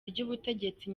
ry’ubutegetsi